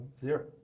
zero